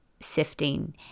sifting